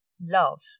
Love